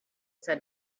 said